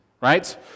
right